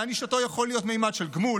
להענשה שלו יכולה להיות ממד של גמול,